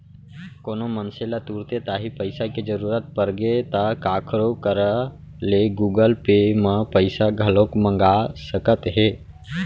कोनो मनसे ल तुरते तांही पइसा के जरूरत परगे ता काखरो करा ले गुगल पे म पइसा घलौक मंगा सकत हे